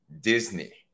Disney